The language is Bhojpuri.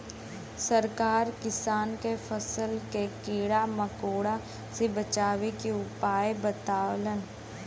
सरकार किसान के फसल के कीड़ा मकोड़ा से बचावे के उपाय बतावलन